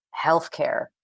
healthcare